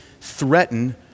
threaten